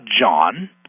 John